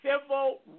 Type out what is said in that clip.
civil